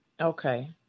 Okay